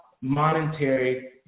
monetary